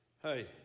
Hey